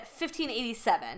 1587